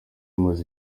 rimaze